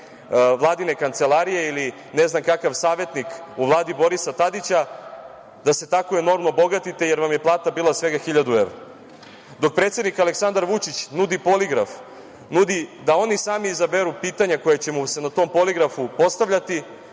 vladine kancelarije ili ne znam kakav savetnik u Vladi Borisa Tadića da se tako enormno bogatite, jer vam je plata bila svega hiljadu evra? Dok predsednik Aleksandar Vučić nudi poligraf, nudi da oni sami izaberu pitanja koja će mu se na tom poligrafu postavljati,